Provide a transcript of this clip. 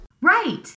Right